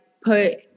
put